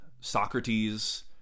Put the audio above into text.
Socrates